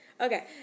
Okay